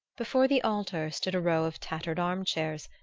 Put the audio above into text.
before the altar stood a row of tattered arm-chairs,